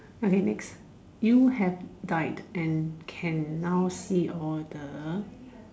okay next you have died and can now see all the